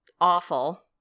awful